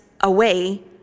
away